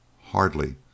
Hardly